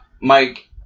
Mike